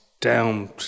down